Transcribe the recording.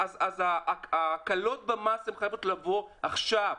אז ההקלות במס חייבות לבוא עכשיו,